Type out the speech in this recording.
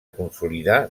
consolidar